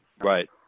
right